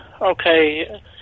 Okay